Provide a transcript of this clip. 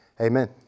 Amen